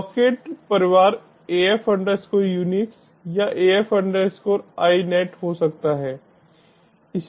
socket परिवार AF UNIX या AF INET हो सकता है